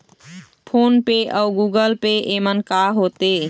Phone पे अउ Google Pay येमन का होते?